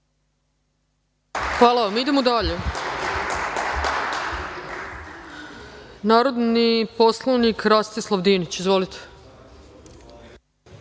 Hvala vam, idemo dalje. Reč ima narodni poslanik Rastislav Dinić. Izvolite.